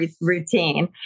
routine